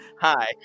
Hi